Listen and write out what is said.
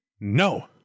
no